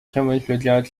天文学家